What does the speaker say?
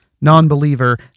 non-believer